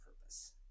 purpose